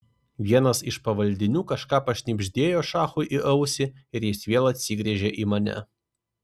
vienas iš pavaldinių kažką pašnibždėjo šachui į ausį ir jis vėl atsigręžė į mane